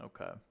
Okay